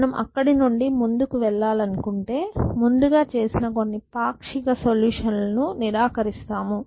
మనం అక్కడ నుండి ముందుకు వెళ్లాలనుకుంటే ముందుగా చేసిన కొన్ని పాక్షిక సొల్యూషన్ లను నిరాకరిస్తాము